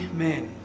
Amen